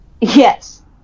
Yes